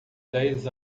dez